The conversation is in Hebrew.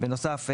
בנוסף,